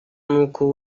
nuko